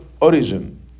origin